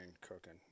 cooking